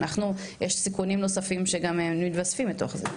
אנחנו יש סיכונים נוספים שגם מתווספים לתוך זה.